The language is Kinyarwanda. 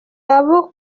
abo